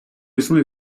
існує